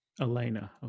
Elena